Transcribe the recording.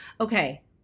Okay